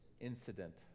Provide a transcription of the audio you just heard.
incident